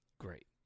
great